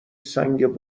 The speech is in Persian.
سنگ